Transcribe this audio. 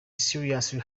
seriously